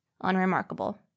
unremarkable